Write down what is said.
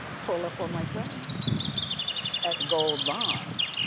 pull up for my friends at gold bond.